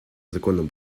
законным